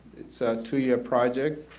it's a two-year project